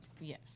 Yes